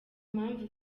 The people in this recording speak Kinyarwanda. mpamvu